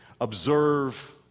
observe